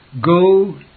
Go